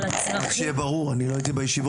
רק שיהיה ברור, אני לא הייתי בישיבות.